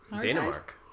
Denmark